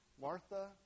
Martha